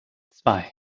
zwei